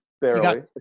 Barely